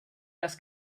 las